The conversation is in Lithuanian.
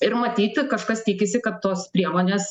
ir matyt kažkas tikisi kad tos priemonės